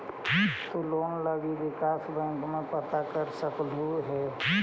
तु लोन लागी विकास बैंक में पता कर सकलहुं हे